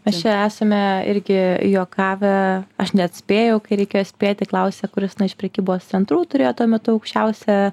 mes čia esame irgi juokavę aš neatspėjau kai reikėjo spėti klausė kuris iš prekybos centrų turėjo tuo metu aukščiausią